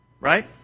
right